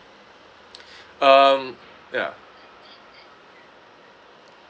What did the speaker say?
um ya